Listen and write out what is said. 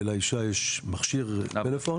ולאישה יש מכשיר פלאפון.